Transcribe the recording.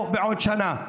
או בעוד שנה.